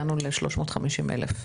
הגענו ל-350,000.